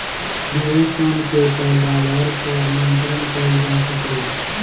कीड़ा सन के पैदावार पर नियंत्रण कईल जा सकेला